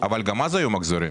אבל גם אז היו מחזורים.